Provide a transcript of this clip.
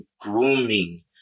grooming